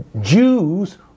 Jews